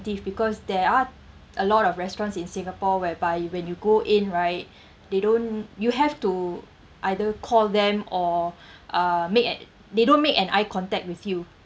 because there are a lot of restaurants in singapore whereby when you go in right they don't you have to either call them or uh make a they don't make an eye contact with you